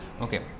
Okay